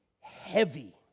heavy